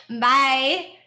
bye